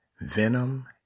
Venom